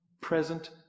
Present